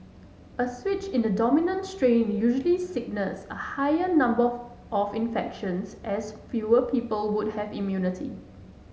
a switch in the dominant strain usually signals a higher number of of infections as fewer people would have immunity